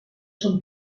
són